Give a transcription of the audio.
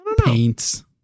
paints